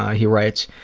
he writes,